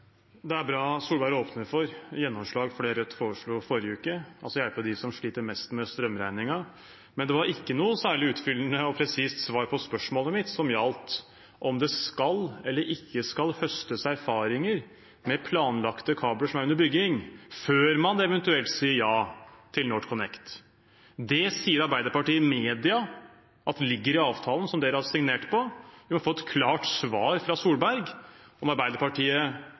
Det er bra at statsminister Solberg åpner for gjennomslag for det Rødt foreslo i forrige uke, altså å hjelpe dem som sliter mest med strømregningen. Men det var ikke noe særlig utfyllende og presist svar på spørsmålet mitt, som gjaldt om det skal eller ikke skal høstes erfaringer med planlagte kabler som er under bygging, før man eventuelt sier ja til NorthConnect. Det sier Arbeiderpartiet i media ligger i avtalen som regjeringen har signert. Vi må få et klart svar fra Solberg på om Arbeiderpartiet